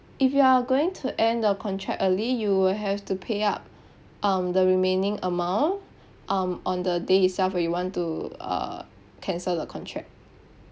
if you are going to end the contract early you will have to pay up um the remaining amount um on the day itself when you want to uh cancel the contract